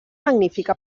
magnífica